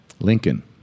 Lincoln